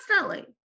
Constantly